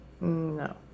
No